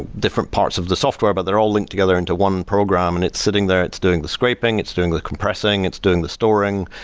different parts of the software, but they're all linked together into one program, and it's sitting there. it's doing the scraping. it's doing the compressing. it's doing the storing.